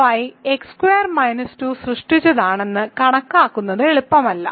colonel phi x squared minus 2 സൃഷ്ടിച്ചതാണെന്ന് കാണിക്കുന്നത് എളുപ്പമല്ല